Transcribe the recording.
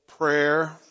prayer